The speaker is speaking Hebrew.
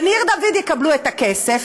וניר דוד יקבלו את הכסף,